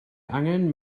angen